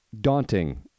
daunting